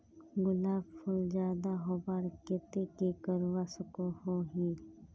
गुलाब फूल ज्यादा होबार केते की करवा सकोहो ही?